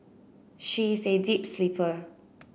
she is a deep sleeper